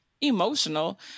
emotional